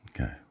Okay